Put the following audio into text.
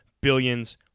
Billions